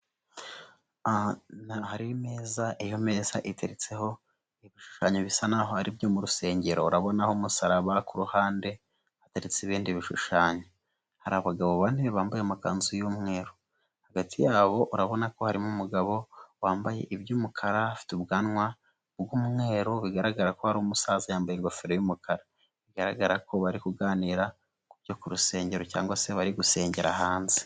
Hari ameza, iyo meza iteretseho ibishushanyo bisa nahoho aribyo mu rusengero urabona aho umusaraba ku ruhande hateretse ibindi bishushanyo hari abagabo bane bambaye amakanzu y'umweru hagati yabo urabona ko harimo umugabo wambaye iby'umukara afite ubwanwa bw'umweru bigaragara ko ari umusaza yambaye ingofero y'umukara bigaragara ko bari kuganira ku byo ku rusengero cyangwa se bari gusengera hanze.